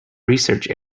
research